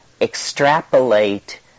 extrapolate